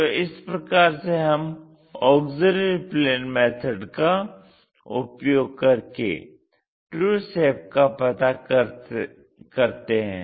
तो इस प्रकार से हम ऑक्सिलियरी प्लेन मेथड का उपयोग कर के ट्रू शेप का पता कर सकते हैं